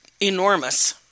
enormous